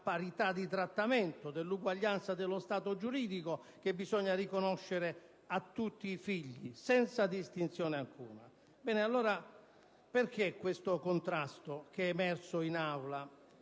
parità di trattamento, dell'uguaglianza dello stato giuridico, che bisogna riconoscere a tutti i figli, senza distinzione alcuna. Allora, perché questo contrasto che è emerso in Aula?